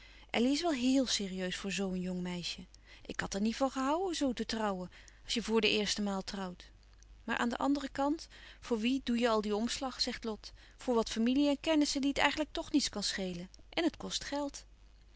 elly is wel héel serieus voor zoo een jong meisje ik had er niet van gehouden zoo te trouwen als je voor de eerste maal trouwt maar aan den anderen kant voor wie doe je al dien omslag zegt lot voor wat familie en kennissen die het eigenlijk toch niet kan schelen en het kost geld